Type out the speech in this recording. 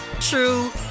true